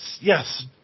yes